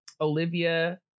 Olivia